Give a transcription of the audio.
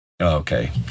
Okay